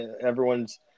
everyone's